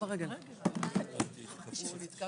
הישיבה